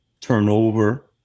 turnover